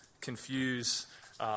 confuse